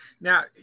Now